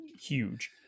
huge